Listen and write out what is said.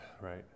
right